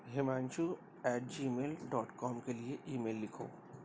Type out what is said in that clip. Himanshu at gmail dot com کے لیے email لکھو